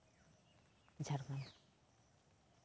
Jharkhand